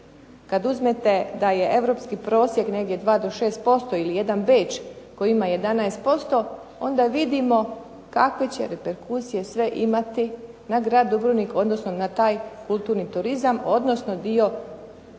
Kada uzmete da je europski prosjek negdje 2 do 6% ili jedan Beč koji ima 11%, onda vidimo kakve će reperkusije sve imati na grad Dubrovnik, odnosno na taj kulturni turizma, odnosno dio turizma